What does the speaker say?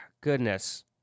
Goodness